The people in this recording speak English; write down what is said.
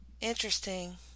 Interesting